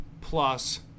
plus